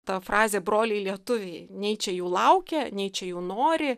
ta frazė broliai lietuviai nei čia jų laukia nei čia jų nori